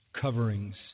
coverings